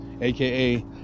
aka